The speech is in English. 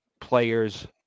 players